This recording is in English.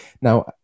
Now